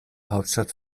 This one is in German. hauptstadt